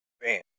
Bam